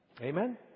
Amen